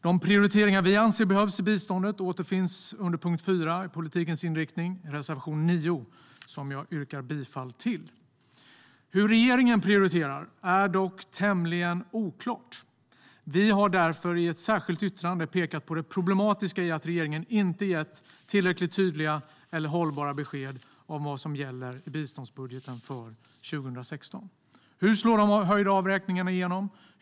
De prioriteringar vi anser behövs i biståndet återfinns i reservation 9 under Utvecklingspolitikens inriktning, punkt 4. Jag yrkar bifall till reservation 9. Hur regeringen prioriterar är dock tämligen oklart. Vi har därför i ett särskilt yttrande pekat på det problematiska i att regeringen inte gett tillräckligt tydliga eller hållbara besked om vad som gäller i biståndsbudgeten för 2016. Hur slår de höjda avräkningarna igenom?